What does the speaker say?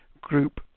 group